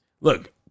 Look